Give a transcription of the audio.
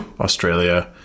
Australia